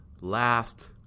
last